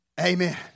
Amen